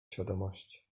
świadomości